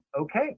okay